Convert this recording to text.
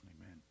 Amen